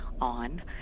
on